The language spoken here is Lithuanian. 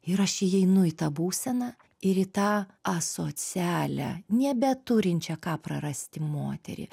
yra aš įeinu į tą būseną ir į tą asocialią nebeturinčią ką prarasti moterį